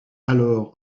alors